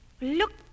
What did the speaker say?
Look